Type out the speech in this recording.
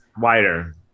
wider